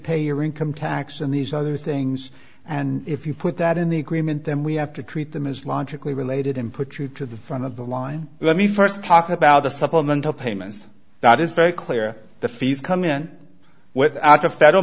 pay your income tax in these other things and if you put that in the agreement then we have to treat them as logically related and put you to the front of the line let me st talk about the supplemental payments that is very clear the fees come in without a federal